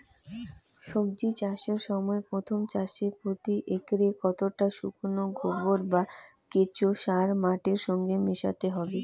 সবজি চাষের সময় প্রথম চাষে প্রতি একরে কতটা শুকনো গোবর বা কেঁচো সার মাটির সঙ্গে মেশাতে হবে?